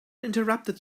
interrupted